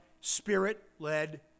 Spirit-led